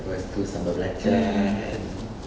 mm